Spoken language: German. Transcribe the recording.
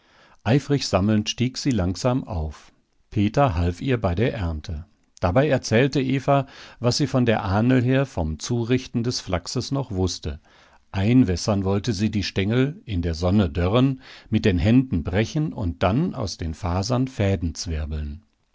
eifrig sammelnd stieg sie langsam auf peter half ihr bei der ernte dabei erzählte eva was sie von der ahnl her vom zurichten des flachses noch wußte einwässern wollte sie die stengel in der sonne dörren mit den händen brechen und dann aus den fasern